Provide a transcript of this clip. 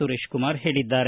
ಸುರೇಶಕುಮಾರ್ ಹೇಳಿದ್ದಾರೆ